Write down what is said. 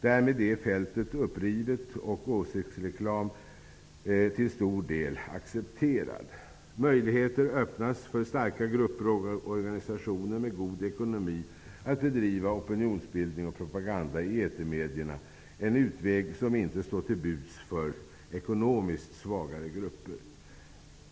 Därmed är fältet upprivet och åsiktsreklam till stor del accepterad. Möjligheter öppnas för starka grupper och organisationer med god ekonomi att bedriva opinionsbildning och propaganda i etermedierna -- en utväg som inte står till buds för ekonomiskt svagare grupper.